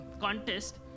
contest